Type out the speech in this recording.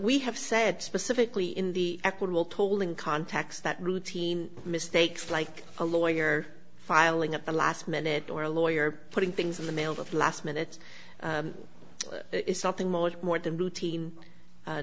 we have said specifically in the equitable tolling context that routine mistakes like a lawyer filing at the last minute or a lawyer putting things in the mail the last minute is something much more than routine